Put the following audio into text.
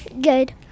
Good